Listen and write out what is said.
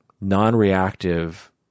non-reactive